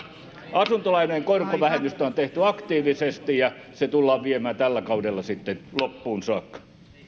asuntolainojen korkovähennystä on tehty aktiivisesti ja se tullaan viemään tällä kaudella sitten loppuun saakka